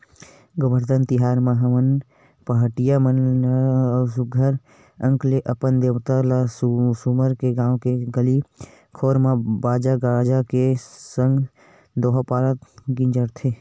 गोबरधन तिहार म पहाटिया मन ह सुग्घर अंकन ले अपन देवता ल सुमर के गाँव के गली घोर म बाजा गाजा के संग दोहा पारत गिंजरथे